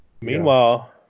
Meanwhile